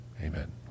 Amen